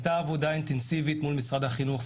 הייתה עבודה אינטנסיבית מול משרד החינוך,